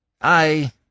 I